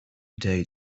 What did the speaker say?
day